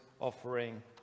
offering